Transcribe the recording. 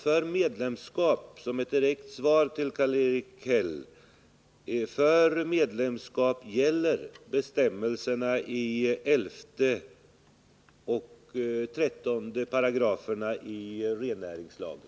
För medlemskapet — och detta är ett direkt svar till Karl-Erik Häll — gäller bestämmelserna i 11 och 13 §§ i rennäringslagen.